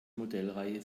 modellreihe